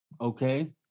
Okay